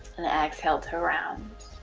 and exhale to round